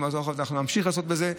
אנחנו נמשיך לעסוק בזה,